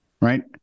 Right